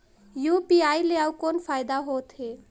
UPI ले अउ कौन फायदा होथ है?